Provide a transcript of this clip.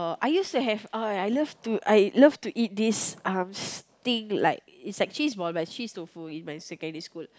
I used to have oh I love to I love to eat this um thing like is like cheese ball but is cheese tofu in my secondary school